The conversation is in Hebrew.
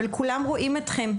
אבל כולם רואים אתכם.